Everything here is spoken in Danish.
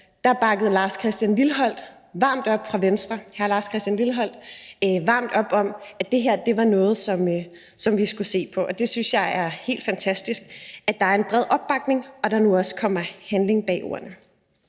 at hr. Lars Christian Lilleholt fra Venstre bakkede varmt op om, at det her var noget, som vi skulle se på. Det synes jeg er helt fantastisk, altså at der er en bred opbakning, og at der nu også kommer handling bag ordene.